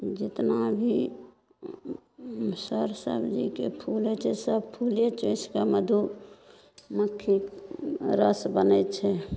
जेतना भी सर सबजीके फूल होइ छै सब फूले चूसिके मधुमक्खी रस बनैत छै